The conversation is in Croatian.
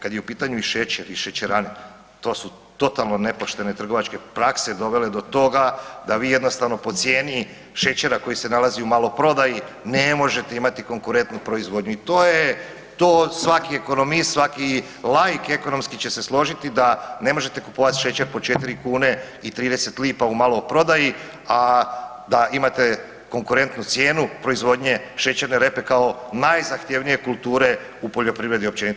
Kad je u pitanju i šećer i šećerane to su totalno nepoštene trgovačke prakse dovele do toga da vi jednostavno po cijeni šećera koji se nalazi u maloprodaji ne možete imati konkurentnu proizvodnju i to je, to svaki ekonomist i svaki laik ekonomski će se složiti da ne možete kupovat šećer po 4 kune i 30 lipa u maloprodaji, a da imate konkurentnu cijenu proizvodnje šećerne repe kao najzahtjevnije kulture u poljoprivredi općenito.